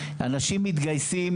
אנשים מתגייסים,